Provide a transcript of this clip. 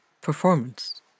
performance